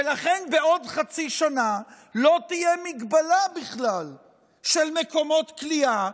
ולכן בעוד חצי שנה לא תהיה בכלל מגבלה של מקומות כליאה,